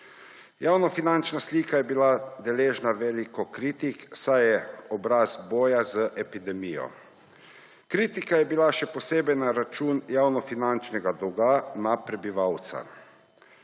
Javnofinančna slika je bila deležna veliko kritik, saj je obraz boja z epidemijo. Kritika je bila še posebej na račun javnofinančnega dolga na prebivalca.